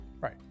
Right